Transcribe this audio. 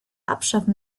abschaffen